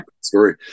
story